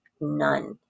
none